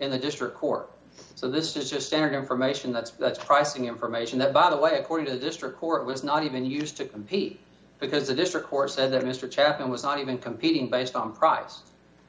in the district court so this is just standard information that's pricing information that by the way according to the district court was not even used to compete because a district court said that mr chapman was not even competing based on price